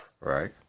Right